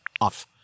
Off